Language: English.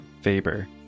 Faber